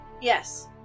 Yes